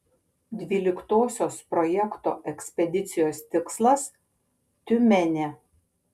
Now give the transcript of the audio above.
dvyliktosios projekto ekspedicijos tikslas tiumenė